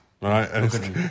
Right